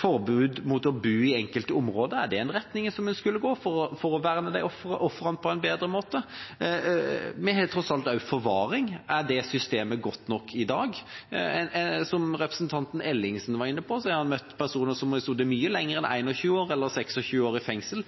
forbud mot å bo i enkelte områder. Er det en retning vi skulle gått i for å verne de ofrene på en bedre måte? Vi har tross alt også forvaring. Er det systemet godt nok i dag? Som representanten Ellingsen var inne på, har han møtt personer som har sittet mye lenger enn 21 eller 26 år i fengsel.